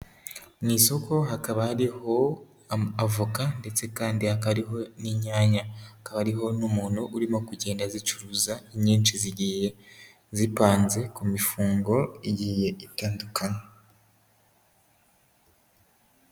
Mu isoko hakaba hariho avoka ndetse kandi hakaba hariho n'inyanya, hakaba hariho n'umuntu urimo kugenda zicuruza inyinshi zigiye zipanze ku mifungo igiye itandukanye.